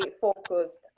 focused